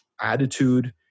attitude